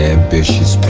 ambitious